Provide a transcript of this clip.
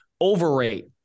overrate